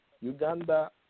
Uganda